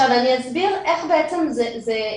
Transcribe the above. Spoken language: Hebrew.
אני אסביר איך זה בעצם עובד.